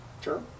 Sure